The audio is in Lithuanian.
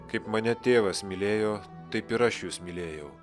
kaip mane tėvas mylėjo taip ir aš jus mylėjau